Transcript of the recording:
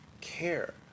care